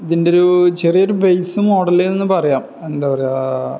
ഇതിൻ്റൊരു ചെറിയൊരു ബേസ് മോഡലെന്ന് പറയാം എന്താണു പറയുക